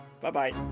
Bye-bye